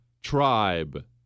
tribe